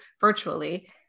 virtually